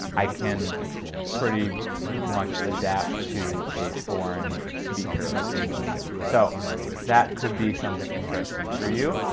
i can pretty much adapt to a foreign speaker of english. so that could be something interesting for you.